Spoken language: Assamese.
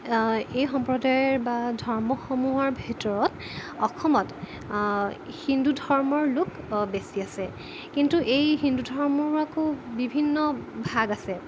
এই সম্প্ৰদায়ৰ বা ধৰ্মসমূহৰ ভিতৰত অসমত হিন্দু ধৰ্মৰ লোক বেছি আছে কিন্তু এই হিন্দু ধৰ্মৰ আকৌ বিভিন্ন ভাগ আছে